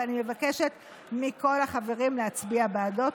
ואני מבקשת מכל החברים להצביע בעדו.